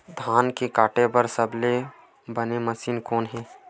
धान काटे बार सबले बने मशीन कोन हे?